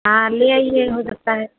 हाँ ले आईये हो सकता है